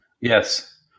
Yes